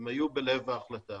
הם היו בלב ההחלטה